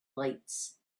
lights